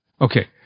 Okay